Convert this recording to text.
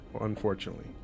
unfortunately